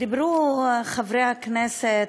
דיברו חברי הכנסת,